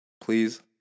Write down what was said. please